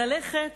ללכת